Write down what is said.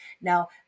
Now